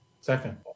Second